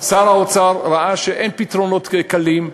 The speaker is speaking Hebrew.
שר האוצר ראה שאין פתרונות קלים,